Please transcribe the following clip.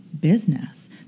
business